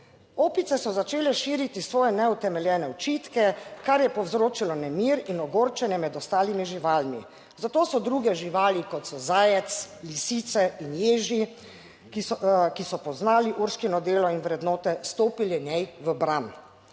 so začele širiti svoje neutemeljene očitke, kar je povzročilo nemir in ogorčenje med ostalimi živalmi. Zato so druge živali, kot so zajec, lisice in ježi, ki so poznali Urškino delo in vrednote, stopili njej v bran.